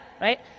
right